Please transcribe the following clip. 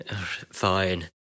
Fine